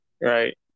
right